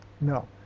No